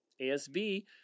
ASB